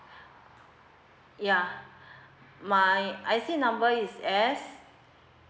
yeah my I_C number is S